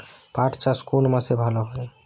পাট চাষ কোন মাসে ভালো হয়?